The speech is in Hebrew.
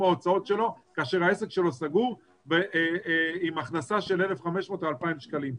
ההוצאות שלו כאשר העסק שלו סגור עם הכנסה של 1,500 או 2,000 שקלים.